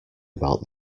about